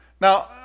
Now